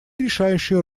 решающую